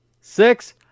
Six